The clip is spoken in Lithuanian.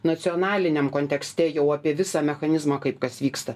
nacionaliniam kontekste jau apie visą mechanizmą kaip kas vyksta